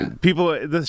People